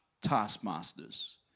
taskmasters